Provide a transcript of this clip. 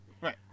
Right